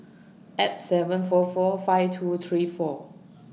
eight seven four four five two three four